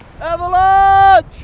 Avalanche